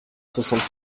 soixante